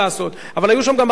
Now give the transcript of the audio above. אבל היו שם גם הרבה ערבים,